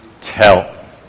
tell